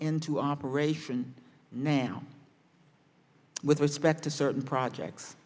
into operation now with respect to certain projects